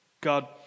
God